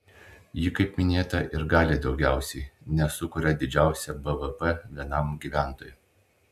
ji kaip minėta ir gali daugiausiai nes sukuria didžiausią bvp vienam gyventojui